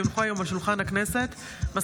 כי הונחו היום על שולחן הכנסת מסקנות